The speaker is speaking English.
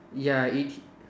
ya it